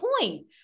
point